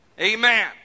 Amen